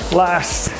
last